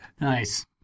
Nice